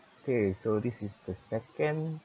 okay so this is the second